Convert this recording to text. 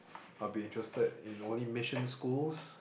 I'll be interested in only mission schools